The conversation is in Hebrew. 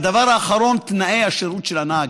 הדבר האחרון, תנאי השירות של הנהג.